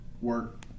work